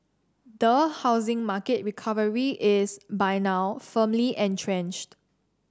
the housing market recovery is by now firmly entrenched